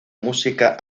música